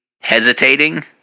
hesitating